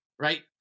right